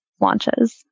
launches